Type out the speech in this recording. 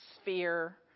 sphere